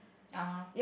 (uh huh)